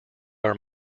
are